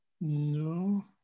No